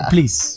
Please